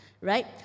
right